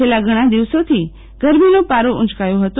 છેલ્લા ઘણા દિવસોથી ગરમીનો પારો ઉંચકાયો હતો